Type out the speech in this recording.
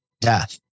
death